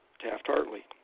Taft-Hartley